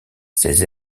ses